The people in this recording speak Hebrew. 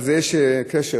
יש קשר,